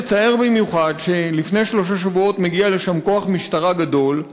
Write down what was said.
מצער במיוחד שלפני שלושה שבועות מגיע לשם כוח משטרה גדול,